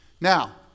now